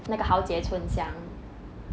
那个豪杰春香